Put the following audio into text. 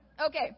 Okay